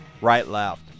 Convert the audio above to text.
Right-left